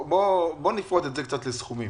בוא נפרוט את זה קצת לסכומים.